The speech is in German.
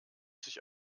sich